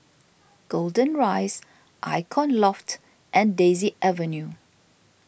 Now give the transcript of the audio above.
Golden Rise Icon Loft and Daisy Avenue